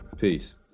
Peace